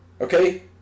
Okay